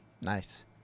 nice